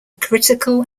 critical